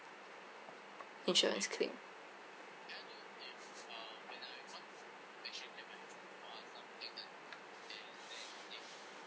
insurance claim